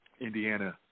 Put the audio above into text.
Indiana